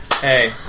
Hey